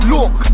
Look